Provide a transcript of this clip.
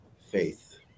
Faith